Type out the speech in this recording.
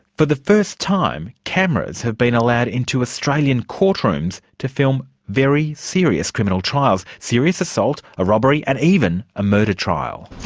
for the first time, cameras have been allowed into australian court rooms to film very serious criminal trials serious assault, a robbery and even a murder trial.